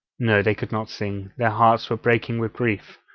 no, they could not sing their hearts were breaking with grief.